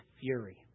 fury